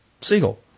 Seagull